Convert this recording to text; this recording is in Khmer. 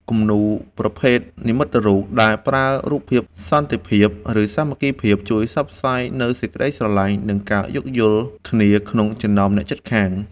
គំនូរប្រភេទ និមិត្តរូប ដែលប្រើរូបភាពសន្តិភាព ឬសាមគ្គីភាព ជួយផ្សព្វផ្សាយនូវសេចក្ដីស្រឡាញ់ និងការយោគយល់គ្នាក្នុងចំណោមអ្នកជិតខាង។